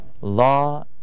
law